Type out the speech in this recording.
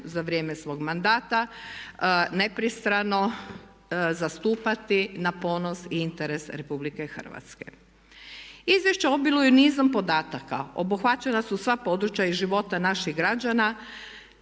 za vrijeme svog mandata nepristrano zastupati na ponos i interes Rh. Izvješća obiluju nizom podataka, obuhvaćena su sva područja iz života naših građana